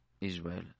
Israel